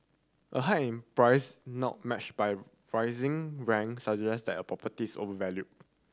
a hike in price not matched by rising rent suggest that a property's overvalued